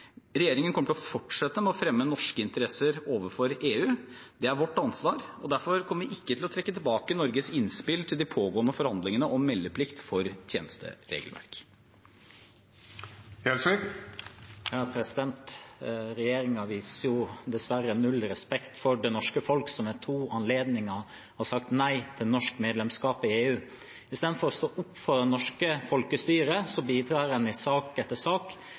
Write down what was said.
å fremme norske interesser overfor EU. Det er vårt ansvar, og derfor kommer vi ikke til å trekke tilbake Norges innspill til de pågående forhandlingene om meldeplikt for tjenesteregelverk. Regjeringen viser dessverre null respekt for det norske folk, som ved to anledninger har sagt nei til norsk medlemskap i EU. Istedenfor å stå opp for det norske folkestyret bidrar en i sak etter sak